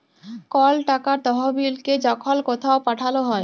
call টাকার তহবিলকে যখল কথাও পাঠাল হ্যয়